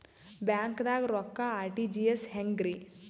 ಬ್ಯಾಂಕ್ದಾಗ ರೊಕ್ಕ ಆರ್.ಟಿ.ಜಿ.ಎಸ್ ಹೆಂಗ್ರಿ?